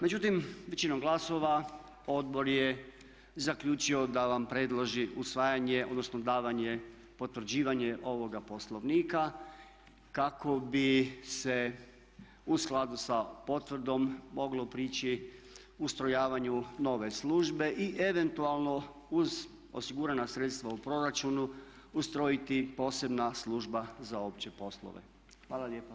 Međutim, većinom glasova odbor je zaključio da vam predloži usvajanje, odnosno davanje potvrđivanje ovoga Poslovnika kako bi se u skladu sa potvrdom moglo priči ustrojavanju nove službe i eventualno uz osigurana sredstva u proračunu ustrojiti posebna služba za opće poslove.